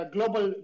Global